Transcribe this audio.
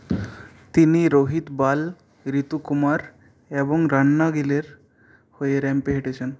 তিনি রোহিত বাল ঋতু কুমার এবং রান্না গিলের হয়ে র্যাম্পে হেঁটেছেন